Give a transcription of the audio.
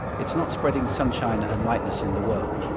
it's not spreading sunshine and lightness in the world.